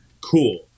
cool